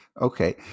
okay